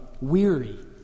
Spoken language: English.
weary